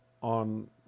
on